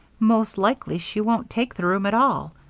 most likely she won't take the room at all.